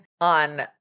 on